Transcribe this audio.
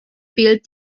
field